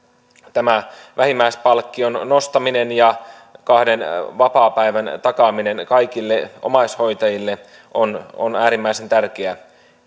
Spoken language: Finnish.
vähimmäispalkkion nostaminen ja kahden vapaapäivän takaaminen kaikille omaishoitajille on on äärimmäisen tärkeä